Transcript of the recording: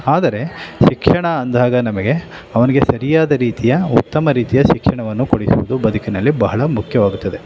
ಆದರೆ ಶಿಕ್ಷಣ ಅಂದಾಗ ನಮಗೆ ಅವನಿಗೆ ಸರಿಯಾದ ರೀತಿಯ ಉತ್ತಮ ರೀತಿಯ ಶಿಕ್ಷಣವನ್ನು ಕೊಡಿಸುವುದು ಬದುಕಿನಲ್ಲಿ ಬಹಳ ಮುಖ್ಯವಾಗುತ್ತದೆ